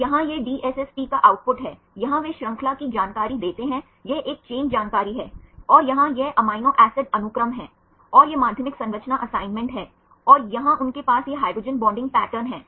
तो यहाँ यह DSSP का आउटपुट है यहाँ वे श्रृंखला की जानकारी देते हैं यह एक चेन जानकारी है और यहाँ यह एमिनो एसिड अनुक्रम है और यह माध्यमिक संरचना असाइनमेंट है और यहाँ उनके पास यह हाइड्रोजन बॉन्डिंग पैटर्न है